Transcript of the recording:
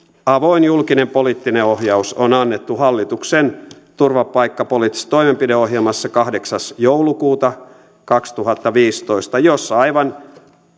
avoin julkinen poliittinen ohjaus on annettu hallituksen turvapaikkapoliittisessa toimenpideohjelmassa kahdeksas joulukuuta kaksituhattaviisitoista siinä aivan